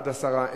התש"ע 2010,